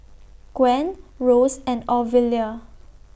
Gwen Ross and Ovila